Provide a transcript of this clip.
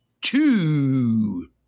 two